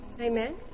Amen